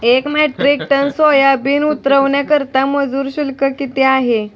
एक metric ton soybean उतरवण्याकरता मजूर शुल्क किती आहे?